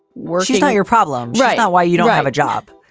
working not your problem right now. why you don't have a job.